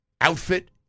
outfit